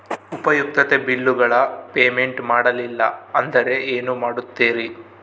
ಉಪಯುಕ್ತತೆ ಬಿಲ್ಲುಗಳ ಪೇಮೆಂಟ್ ಮಾಡಲಿಲ್ಲ ಅಂದರೆ ಏನು ಮಾಡುತ್ತೇರಿ?